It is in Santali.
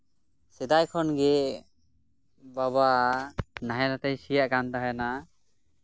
ᱥᱮᱫᱟᱭ ᱠᱷᱚᱱ ᱜᱮ ᱵᱟᱵᱟ ᱱᱟᱦᱮᱞ ᱟᱛᱮᱭ ᱥᱤᱭᱟᱜ ᱠᱟᱱ ᱛᱟᱦᱮᱸᱱᱟ